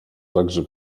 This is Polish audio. także